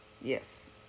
yes